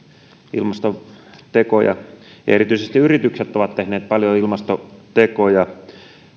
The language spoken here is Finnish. ilmastotekoja ja erityisesti yritykset ovat tehneet paljon ilmastotekoja